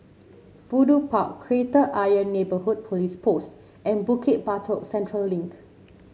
Fudu Park Kreta Ayer Neighbourhood Police Post and Bukit Batok Central Link